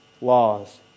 laws